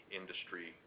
industry